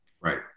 Right